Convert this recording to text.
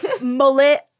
mullet